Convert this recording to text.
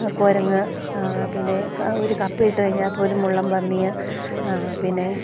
കുരങ്ങ് പിന്നെ ഒരു കപ്പ ഇട്ടു കഴിഞ്ഞാൽ പോലും മുള്ളം പന്നി പിന്നെ